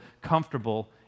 comfortable